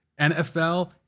NFL